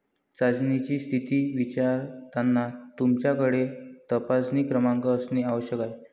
चाचणीची स्थिती विचारताना तुमच्याकडे तपासणी क्रमांक असणे आवश्यक आहे